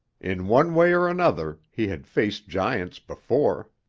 in one way or another, he had faced giants before.